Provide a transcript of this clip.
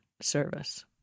service